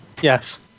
Yes